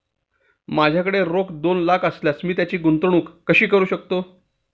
माझ्याकडे रोख दोन लाख असल्यास मी त्याची गुंतवणूक कशी करू शकतो?